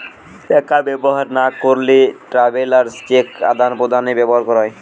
টাকা ব্যবহার না করলে ট্রাভেলার্স চেক আদান প্রদানে ব্যবহার করা হয়